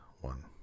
one